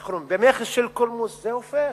איך אומרים, במחי קולמוס זה הופך,